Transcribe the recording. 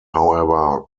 however